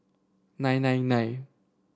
nine nine nine